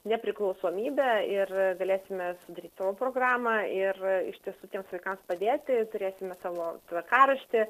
nepriklausomybę ir galėsime sudaryt savo programą ir iš tiesų tiems vaikams padėti turėsime savo tvarkaraštį